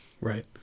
Right